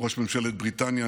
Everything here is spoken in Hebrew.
ראש ממשלת בריטניה,